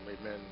amen